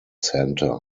centre